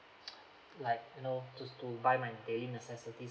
like you know just to buy my daily necessities